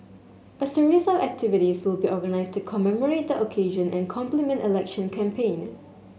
a series of activities will be organised to commemorate the occasion and complement election campaign